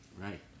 Right